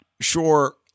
sure